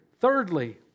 Thirdly